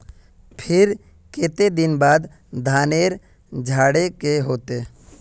फिर केते दिन बाद धानेर झाड़े के होते?